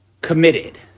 committed